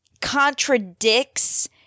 contradicts